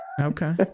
Okay